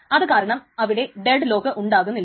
അതു കാരണം ഇവിടെ ഡെഡ് ലോക്ക് ഉണ്ടാകുന്നില്ല